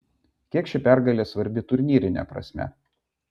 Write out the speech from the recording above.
kiek ši pergalė svarbi turnyrine prasme